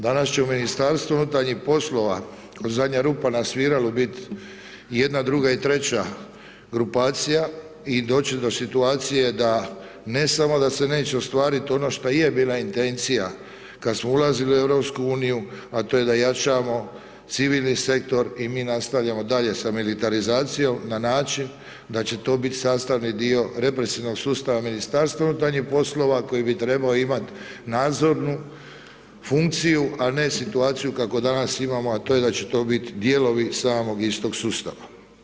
Danas će Ministarstvu unutarnjih poslova, zadnja rupa na sviralu biti i jedna, druga i treća grupacija i doći će do situacije da ne samo da se neće ostvariti ono što je bila intencija kada smo ulazili u EU a to je da jačamo civilni sektor i mi nastavljamo dalje sa militarizacijom na način da će to biti sastavni dio represivnog sustava Ministarstva unutarnjih poslova koji bi trebao imati nadzornu funkciju a ne situaciju kako danas imamo a to je da će to biti dijelovi samog istog sustava.